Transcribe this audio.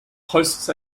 hosts